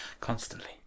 constantly